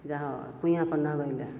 जाहो कुइआँपर नहबै ले